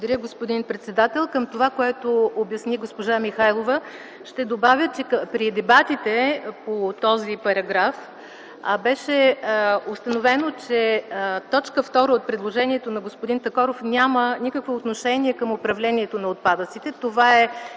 Благодаря, господин председател. Към това, което обясни госпожа Михайлова, ще добавя, че при дебатите по този параграф беше установено, че т. 2 от предложението на господин Такоров няма никакво отношение към управлението на отпадъците.